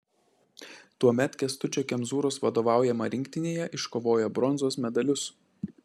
tuomet kęstučio kemzūros vadovaujama rinktinėje iškovojo bronzos medalius